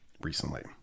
recently